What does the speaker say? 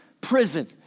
prison